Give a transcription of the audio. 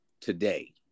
today